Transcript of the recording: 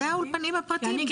זה האולפנים הפרטיים.